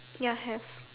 ya have